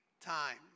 time